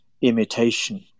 imitation